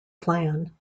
plan